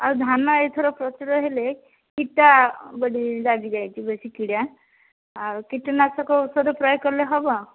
ଆଉ ଧାନ ଏଇଥର ପ୍ରଚୁର ହେଲେ କୀଟା ବୋଲି ଲାଗିଯାଇଛି ବେଶୀ କିଡ଼ା ଆଉ କୀଟନାଶକ ଔଷଧ ପ୍ରୟୋଗ କଲେ ହବ